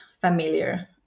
familiar